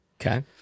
Okay